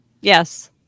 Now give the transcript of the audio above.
Yes